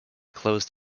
closed